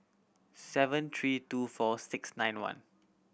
seven three two four six nine one